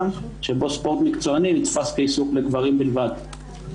כשבו ספורט מקצוענים נתפס כעיסוק לגברים בלבד.